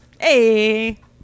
Hey